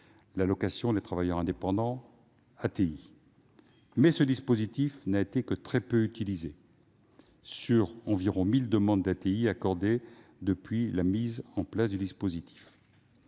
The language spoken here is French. l'allocation des travailleurs indépendants -, mais ce dispositif n'a été que très peu utilisé ; seules 1 000 allocations ont été accordées depuis la mise en place du dispositif.